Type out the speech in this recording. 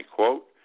quote